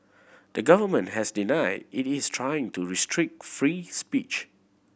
the government has denied it is trying to restrict free speech